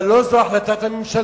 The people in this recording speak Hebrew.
אבל לא זאת החלטת הממשלה.